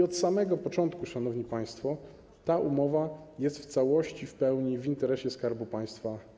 Od samego początku, szanowni państwo, ta umowa jest realizowana w całości, w pełni w interesie Skarbu Państwa.